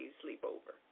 sleepover